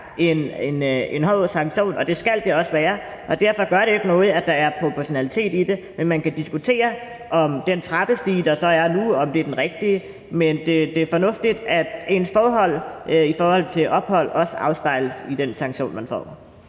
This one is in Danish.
en hård sanktion, og det skal det også være. Derfor gør det ikke noget, at der er proportionalitet i det. Men man kan diskutere, om den trappestige, der så er nu, er den rigtige. Men det er fornuftigt, at forholdene i forbindelse med ens hidtidige ophold også afspejles i den sanktion, man får.